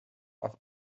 auf